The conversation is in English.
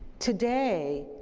today